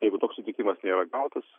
jeigu toks sutikimas nėra gautus